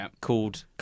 called